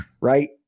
right